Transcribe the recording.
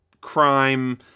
crime